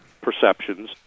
perceptions